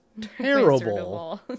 terrible